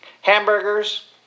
hamburgers